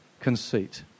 conceit